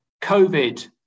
COVID